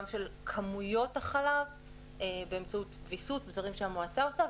גם של כמויות החלב באמצעות ויסות ודברים שהמועצה עושה,